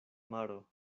maro